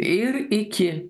ir iki